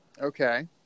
Okay